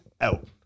out